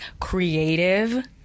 creative